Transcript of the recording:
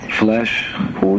flesh